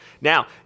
Now